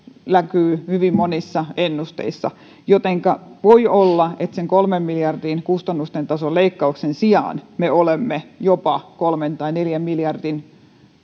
näkyy hyvin monissa ennusteissa jotenka voi olla että sen kolmen miljardin kustannustason leikkauksen sijaan me olemme jopa kolme tai neljän miljardin